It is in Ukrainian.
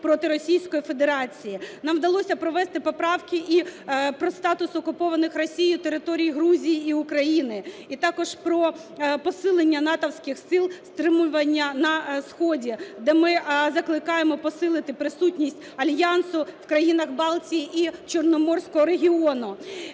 проти Російської Федерації. Нам вдалося провести поправки і про статус окупованих Росією територій Грузії і України, і також про посилення натівських сил стримування на сході, де ми закликаємо посилити присутність Альянсу в країнах Балтії і Чорноморського регіону.